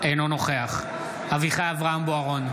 אינו נוכח אביחי אברהם בוארון,